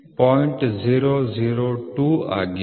002 ಆಗಿದೆ